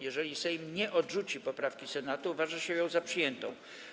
Jeżeli Sejm nie odrzuci poprawki Senatu, uważa się ją za przyjętą.